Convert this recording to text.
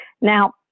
Now